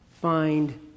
find